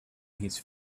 his